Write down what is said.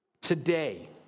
Today